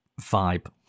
Vibe